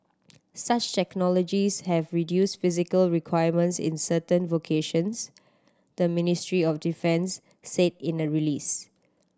such technologies have reduced physical requirements in certain vocations the Ministry of Defence said in a release